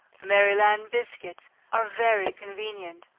maryland biscuit are very convenient,